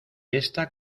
esta